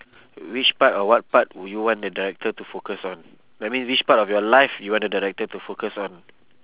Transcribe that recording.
which part or what part would you want the director to focus on I mean which part of your life you want the director to focus on